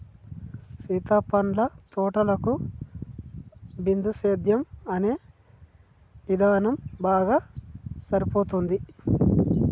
సీత పండ్ల తోటలకు బిందుసేద్యం అనే ఇధానం బాగా సరిపోతుంది